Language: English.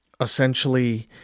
essentially